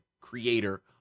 creator